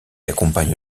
accompagne